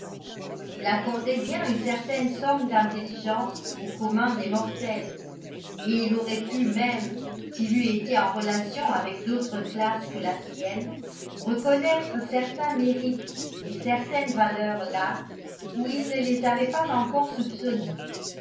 il accordait bien une certaine somme d'intelligence au commun des mortels et il aurait pu même s'il eût été en relation avec d'autres classes que la sienne reconnaître certains mérites et certaine valeur là où il ne les avait pas encore soupçonnés